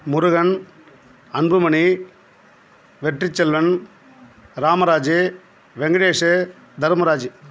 Murugan Anbumani Vetrichelvan Ramaraju Venkatesh Dharmaraju